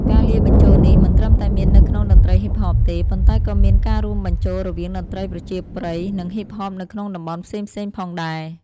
ការលាយបញ្ចូលនេះមិនត្រឹមតែមាននៅក្នុងតន្ត្រីហ៊ីបហបទេ ប៉ុន្តែក៏មានការរួមបញ្ចូលរវាងតន្ត្រីប្រជាប្រិយ និងហ៊ីបហបនៅក្នុងតំបន់ផ្សេងៗផងដែរ។